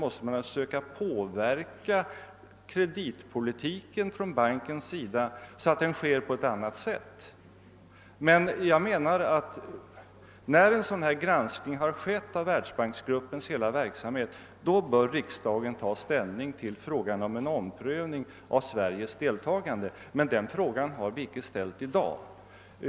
måste man naturligtvis söka påverka bankens kreditpolitik, så att den blir en annan, men jag menar att när en sådan här granskning har skett av världsbanksgruppens hela verksamhet bör riksdagen ta ställning till frågan om en omprövning av Sveriges deltagande. Den frågan har vi eme'lertid icke rest i dag.